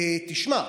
תשמע,